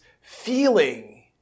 feeling